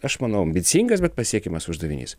aš manau ambicingas bet pasiekiamas uždavinys